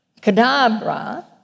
Kadabra